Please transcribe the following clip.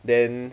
then